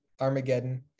Armageddon